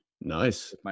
nice